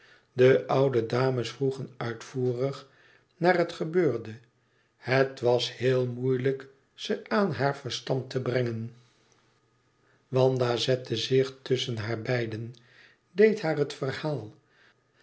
de oude tantes vroegen uitvoerig naar het gebeurde het was heel moeilijk ze het aan haar verstand te brengen wanda zette zich tusschen haar beiden deed haar het verhaal